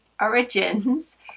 Origins